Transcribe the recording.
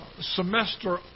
semester